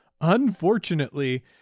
unfortunately